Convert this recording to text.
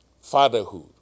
fatherhood